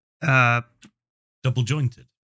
Double-jointed